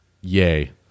yay